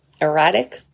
erratic